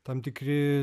tam tikri